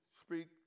speak